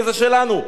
וזה שלנו.